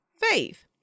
faith